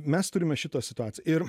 mes turime šitą situaciją ir